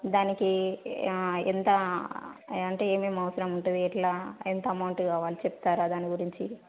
దానికి ఎంత అంటే ఏమేమి అవసరం ఉంటుంది ఎట్లా ఎంత అమౌంట్ కావాలి చెప్తారా దాని గురించి